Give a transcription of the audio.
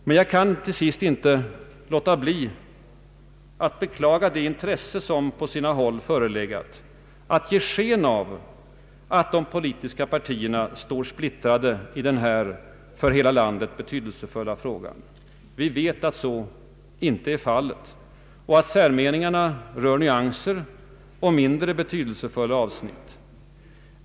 Men jag kan inte låta bli att beklaga det intresse som på sina håll förelegat att ge sken av att de politiska partierna står splittrade i denna för hela landet betydelsefulla fråga. Vi vet att så inte är fallet och att särmeningarna rör nyanser och mindre betydelsefulla avsnitt.